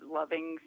loving